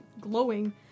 glowing